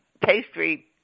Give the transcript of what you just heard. pastry